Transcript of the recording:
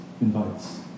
invites